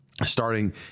Starting